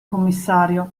commissario